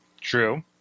True